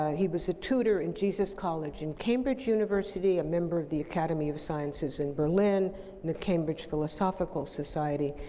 he was a tutor in jesus college in cambridge university, a member of the academy of sciences in berlin, and the cambridge philosophical society,